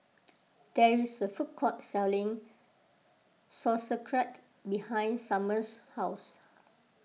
there is a food court selling Sauerkraut behind Summer's house